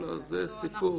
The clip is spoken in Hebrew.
לא, זה סיפור.